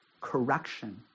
correction